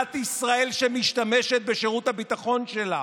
ממדינת ישראל, שמשתמשת בשירות הביטחון שלה.